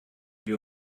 wir